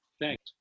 Thanks